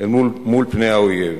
מול פני האויב.